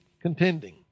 contending